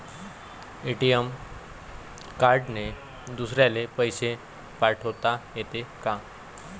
ATM कार्डने दुसऱ्याले पैसे पाठोता येते का?